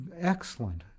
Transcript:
excellent